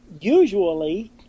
usually